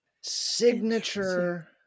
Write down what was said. Signature